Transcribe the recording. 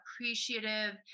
appreciative